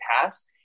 pass